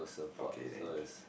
okay then it should